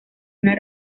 una